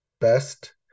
best